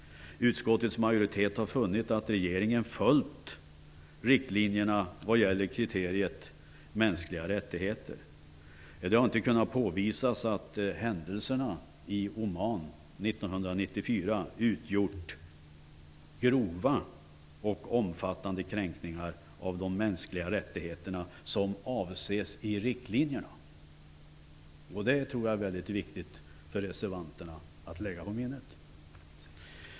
Utskottets majoritet har funnit att regeringen följt riktlinjerna vad gäller kriteriet mänskliga rättigheter. Det har inte kunnat påvisas att händelserna i Oman 1994 utgjort sådana grova och omfattande kränkningar av de mänskliga rättigheterna som avses i riktlinjerna. Det tror jag är väldigt viktigt för reservanterna att lägga på minnet.